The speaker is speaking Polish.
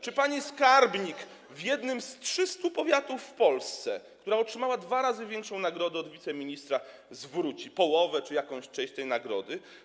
Czy pani skarbnik w jednym z 300 powiatów w Polsce, która otrzymała dwa razy większą nagrodę niż wiceminister, zwróci połowę czy jakąś część tej nagrody?